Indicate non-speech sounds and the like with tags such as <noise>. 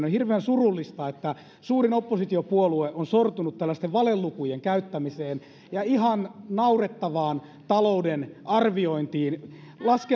<unintelligible> on hirveän surullista että suurin oppositiopuolue on sortunut tällaisten valelukujen käyttämiseen ja ihan naurettavaan talouden arviointiin